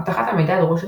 אבטחת המידע דורשת